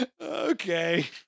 Okay